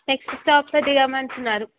next స్టాప్లో దిగమంటున్నారు